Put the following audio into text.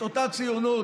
את אותה ציונות,